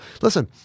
listen